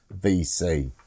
VC